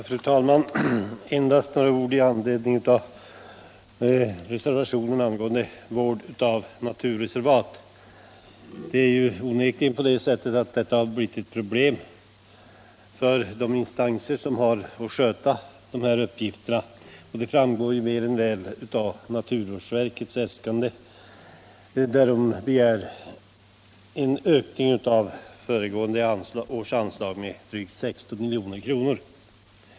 Fru talman! Endast några ord med anledning av reservationen angående vård av naturreservat. Det är onekligen på det sättet att vård av naturreservat har blivit ett problem för de instanser som har att sköta denna uppgift. Det framgår mer än väl av naturvårdsverkets äskanden — verket begär en ökning av föregående års anslag med drygt 16 milj.kr.